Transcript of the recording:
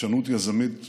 חדשנות יזמית מדהימה.